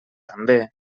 també